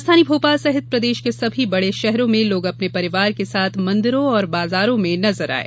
राजधानी भोपाल सहित प्रदेश के सभी बड़े शहरों में लोग अपने परिवार के साथ मंदिरों और बाजारों में नजर आये